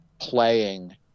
playing